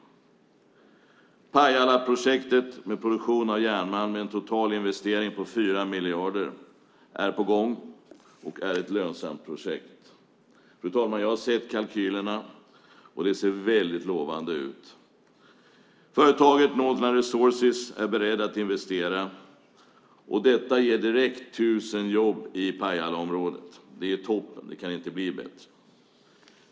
Pajalaprojektet med produktion av järnmalm som innebär en total investering på 4 miljarder är på gång och är ett lönsamt projekt. Fru talman! Jag har sett kalkylerna. Det ser väldigt lovande ut. Företaget Northland Resources är berett att investera, och detta ger direkt 1 000 jobb i Pajalaområdet. Det är toppen. Det kan inte bli bättre.